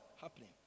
happening